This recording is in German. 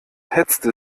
hetzte